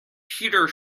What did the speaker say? peter